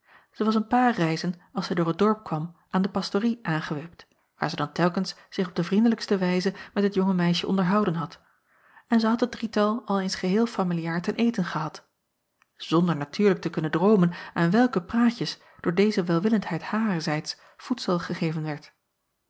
zij was een paar reizen als zij door het dorp kwam aan de pastorie aangewipt waar acob van ennep laasje evenster delen zij dan telkens zich op de vriendelijkste wijze met het jonge meisje onderhouden had en zij had het drietal al eens geheel familiaar ten eten gehad zonder natuurlijk te kunnen droomen aan welke praatjes door deze welwillendheid harerzijds voedsel gegeven werd